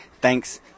Thanks